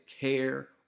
care